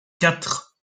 quatre